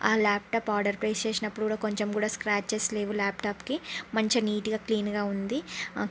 ఆ laptop order place చేసినప్పుడు కూడా కొంచెం కూడా స్క్రాచెస్ లేవు ల్యాప్టాప్కి మంచిగా నీట్గా క్లీన్గా ఉంది